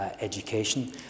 Education